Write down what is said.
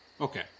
Okay